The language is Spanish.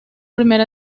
primera